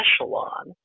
Echelon